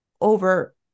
over